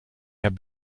have